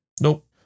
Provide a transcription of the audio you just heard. Nope